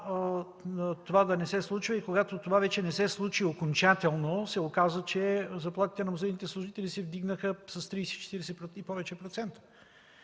това да не се случва и когато това вече не се случи окончателно, се оказа, че заплатите на музейните служители се вдигнаха с 30-40 и повече процента.